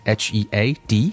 h-e-a-d